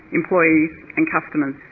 employees and customers.